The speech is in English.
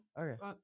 Okay